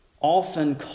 often